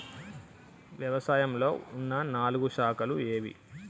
వ్యవసాయంలో ఉన్న నాలుగు శాఖలు ఏవి?